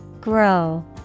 Grow